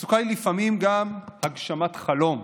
תעסוקה היא לפעמים גם הגשמת חלום.